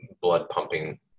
blood-pumping